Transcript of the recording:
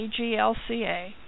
AGLCA